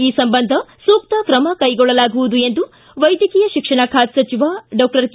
ಈ ಸಂಬಂಧ ಸೂಕ್ತ ಕ್ರಮ ಕೈಗೊಳ್ಳಲಾಗುವುದು ಎಂದು ವೈದ್ಯಕೀಯ ಶಿಕ್ಷಣ ಖಾತೆ ಸಚಿವ ಡಾಕ್ಟರ್ ಕೆ